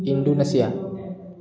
Indonesia